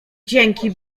dzięki